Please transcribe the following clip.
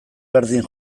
berdin